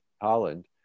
Holland